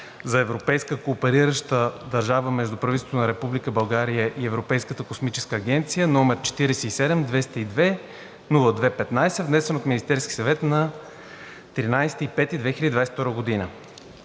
за европейска кооперираща държава между правителството на Република България и Европейската космическа агенция, № 47-202-02-15, внесен от Министерския съвет на 13 май 2022 г.